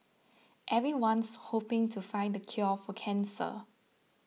everyone's hoping to find the cure for cancer